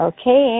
Okay